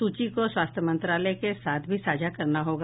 सूची को स्वास्थ्य मंत्रालय के साथ भी साझा करना होगा